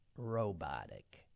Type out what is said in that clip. robotic